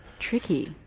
tricky.